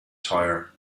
tire